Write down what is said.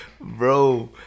Bro